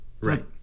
Right